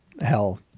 hell